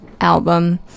album